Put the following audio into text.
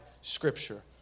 Scripture